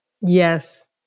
Yes